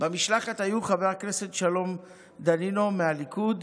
במשלחת היו חבר הכנסת שלום דנינו מהליכוד,